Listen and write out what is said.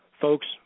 Folks